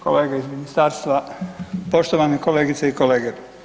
Kolege iz ministarstva, poštovani kolegice i kolege.